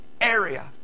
area